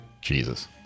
Jesus